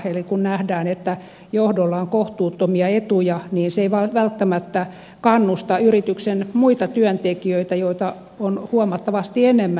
eli kun nähdään että johdolla on kohtuuttomia etuja niin se ei välttämättä kannusta yrityksen muita työntekijöitä joita on huomattavasti enemmän